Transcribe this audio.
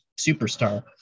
superstar